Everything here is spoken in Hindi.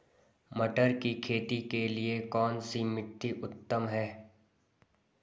मटर की खेती के लिए कौन सी मिट्टी उत्तम है?